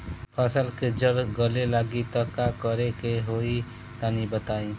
फसल के जड़ गले लागि त का करेके होई तनि बताई?